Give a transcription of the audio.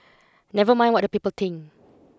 never mind what the people think